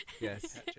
Yes